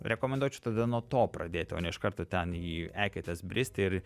rekomenduočiau tada nuo to pradėti o ne iš karto ten į eketes bristi ir